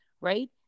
right